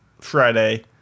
Friday